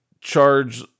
charge